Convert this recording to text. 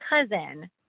cousin